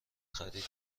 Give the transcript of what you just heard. خرید